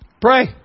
Pray